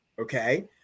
okay